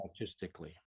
artistically